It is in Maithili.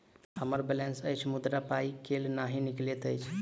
हम्मर बैलेंस अछि मुदा पाई केल नहि निकलैत अछि?